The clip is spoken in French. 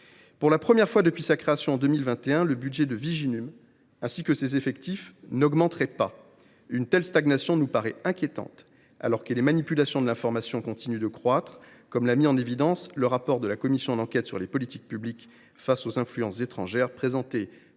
Pour la première fois depuis sa création en 2021, le budget de Viginum ainsi que ses effectifs n’augmenteraient pas. Une telle stagnation nous paraît inquiétante, alors que les manipulations de l’information continuent de croître, comme l’a mis en évidence le rapport de la commission d’enquête sur les politiques publiques face aux opérations d’influences étrangères, présenté